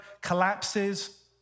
collapses